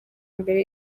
mbere